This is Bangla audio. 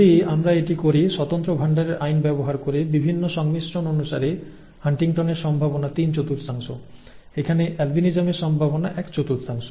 যদি আমরা এটি করি স্বতন্ত্র ভাণ্ডারের আইন ব্যবহার করে বিভিন্ন সংমিশ্রণ অনুসারে হান্টিংটনের সম্ভাবনা তিন চতুর্থাংশ এখানে অ্যালবিনিজমের সম্ভাবনা এক চতুর্থাংশ